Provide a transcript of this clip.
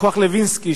ש"כוח לוינסקי",